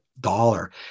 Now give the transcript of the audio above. dollar